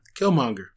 Killmonger